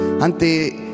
Ante